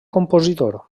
compositor